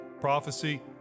prophecy